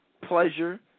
pleasure